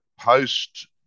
post